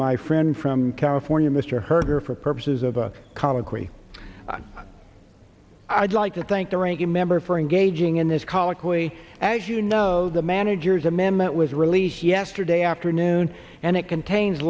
my friend from california mr herder for purposes of our colloquy i'd like to thank the ranking member for engaging in this colloquy as you know the manager's amendment was released yesterday afternoon and it contains